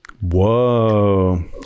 whoa